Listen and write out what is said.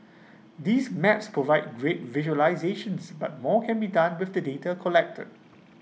these maps provide great visualisations but more can be done with the data collected